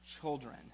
children